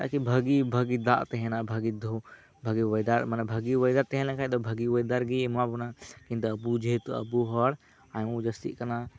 ᱟᱨᱠᱤ ᱵᱷᱟᱹᱜᱤᱼᱵᱷᱟᱹᱜᱤ ᱫᱟᱜ ᱛᱟᱦᱮᱱᱟ ᱵᱷᱟᱹᱜᱤ ᱚᱭᱮᱫᱟᱨ ᱛᱮᱦᱮᱸ ᱞᱮᱱᱠᱷᱟᱱ ᱫᱚ ᱵᱷᱟᱹᱜᱤ ᱚᱭᱮᱫᱟᱨ ᱜᱮᱭ ᱮᱢᱟᱵᱚᱱᱟ ᱠᱤᱱᱛᱩ ᱟᱵᱚ ᱡᱮᱦᱮᱛᱩ ᱟᱵᱚ ᱦᱚᱲ ᱟᱭᱢᱟ ᱵᱚᱱ ᱡᱟᱹᱥᱛᱤᱜ ᱠᱟᱱᱟ